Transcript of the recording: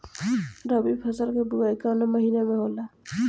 रबी फसल क बुवाई कवना महीना में होला?